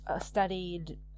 studied